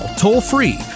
toll-free